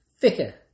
thicker